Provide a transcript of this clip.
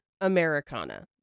Americana